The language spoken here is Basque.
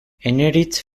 eneritz